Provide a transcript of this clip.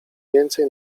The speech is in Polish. więcej